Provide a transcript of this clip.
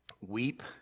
weep